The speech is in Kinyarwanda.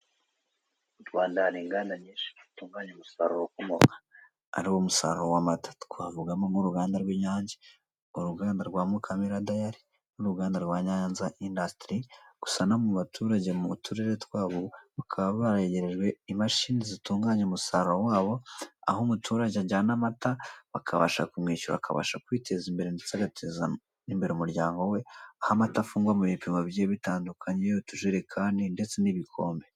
Mu Rwanda hari inganda nyinshi zitunganya umusaruro ukomoka ku nka ariwo musaruro w'amata, twavugamo nk'uruganda rw'Inyange, uruganda rwa Mukamira dayari n'uruganda rwa Nyanza indasitiri, gusa no mu baturage mu turere twabo bakaba baregerejwe imashini zitunganya umusaruro wabo aho umuturage ajyana amata bakabasha kumwishyura akabasha kwiteza imbere ndetse agateza n'imbere umuryango we, aho amata afungwa mu bipimo bigiye bitandukanye utujerekani ndetse n'ibikombe.